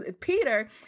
Peter